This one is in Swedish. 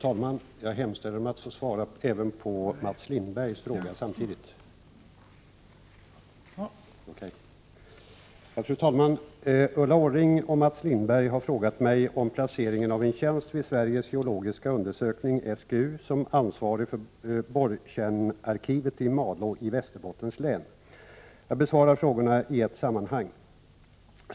Fru talman! Ulla Orring och Mats Lindberg har frågat mig om placeringen av en tjänst vid Sveriges geologiska undersökning som ansvarig för borrkärnearkivet i Malå i Västerbottens län. Jag besvarar frågorna i ett sammanhang.